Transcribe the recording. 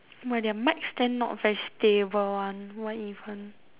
!wah! their mic stand not very stable [one] what even